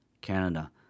Canada